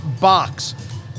box